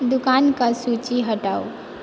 दोकानके सूची हटाउ